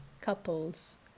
couples